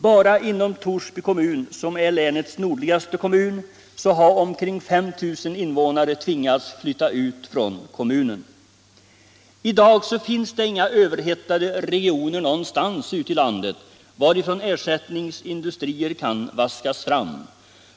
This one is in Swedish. Bara från Torsby kommun, som är länets nordligaste, har omkring 5 000 invånare tvingats flytta. I dag finns inga överhettade regioner någonstans i landet, varifrån ersättningsindustrier kan vaskas fram.